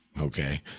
okay